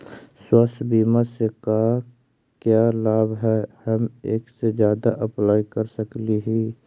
स्वास्थ्य बीमा से का क्या लाभ है हम एक से जादा अप्लाई कर सकली ही?